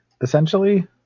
essentially